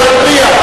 אתה צודק.